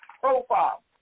profile